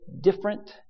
different